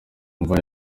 mva